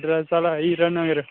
address साढ़ा हीरानगर